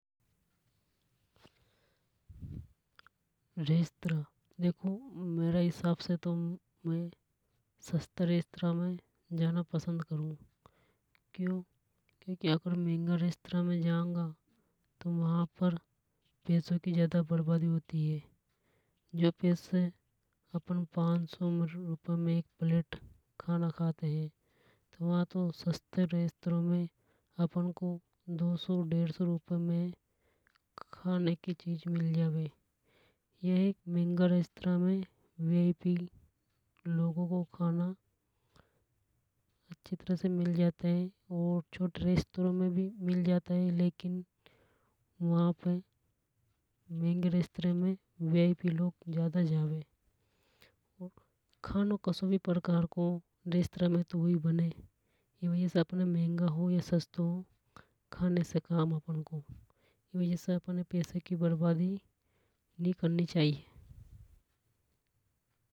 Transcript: रेस्त्रां देखो मेरे हिसाब से तो में सस्ता रेस्त्रां में जाना पसन्द करूं क्योंकि अगर मेंगा रेस्त्रां में जांगा तो वहां पर पेसो की ज्यादा बर्बादी होती हे। जो पैसे अपन पानसौ रुपए में एक प्लेट खाना खाते है तो वहां पर सस्ते रेस्त्रो में तो सौ डेढ़सो रुपए में खाने की चीज मिल जावे यह महंगा रेस्त्रां में वीआइपी लोगों को खाना अच्छी तरह से मिल जाता हे। और छोटे रेस्त्रां में भी मिल जाता हे लेकिन वहां पे महंगे रेस्त्रां में वीआइपी लोग ज्यादा जावे खानो कसो भी प्रकार को हो रेस्त्रां में तो उही बने ई वजह से महंगों हो या सस्तो हो खाने से काम हे अपनकों ई वजह से हमें पैसे की बर्बादी नि करनी चाहिए।